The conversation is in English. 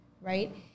right